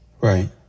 Right